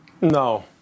No